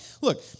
Look